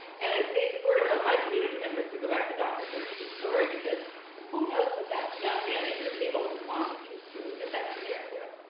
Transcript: and i say supportive of my community members, to go back to dr. curtis' story, because who knows what that young man at your table wanted you to do in that scenario.